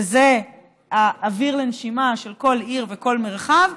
שזה האוויר לנשימה של כל עיר וכל מרחב,